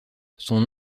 son